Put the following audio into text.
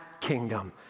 kingdom